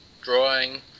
drawing